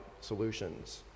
solutions